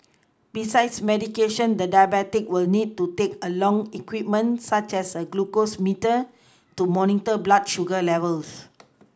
besides medication the diabetic will need to take along equipment such as a glucose meter to monitor blood sugar levels